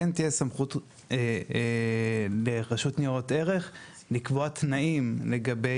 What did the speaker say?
כן תהיה סמכות לרשות לניירות ערך לקבוע תנאים לגבי